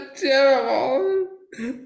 terrible